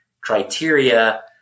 criteria